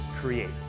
create